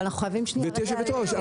גברתי היושבת-ראש,